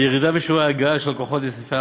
וירידה בשיעורי ההגעה של לקוחות לסניפי